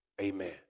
amen